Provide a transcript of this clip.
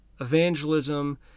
evangelism